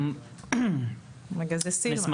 אני מהמשרד להגנת הסביבה.